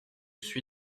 suis